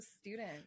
student